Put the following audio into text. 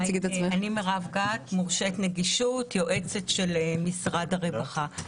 מורשית נגישות, יועצת של משרד הרווחה.